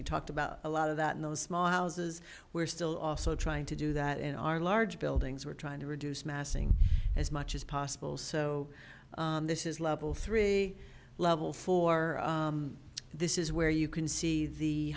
you talked about a lot of that in those small houses where still also trying to do that in our large buildings we're trying to reduce massing as much as possible so this is level three level four this is where you can see the